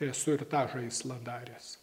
esu ir tą žaislą daręs